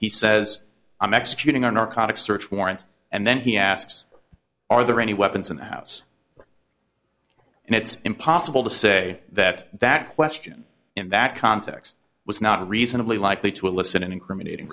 he says i'm executing our narcotics search warrant and then he asks are there any weapons in the house and it's impossible to say that that question in that context was not reasonably likely to elicit an incriminating